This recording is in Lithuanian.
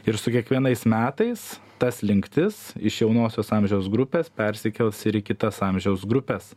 ir su kiekvienais metais ta slinktis iš jaunosios amžiaus grupės persikels ir į kitas amžiaus grupes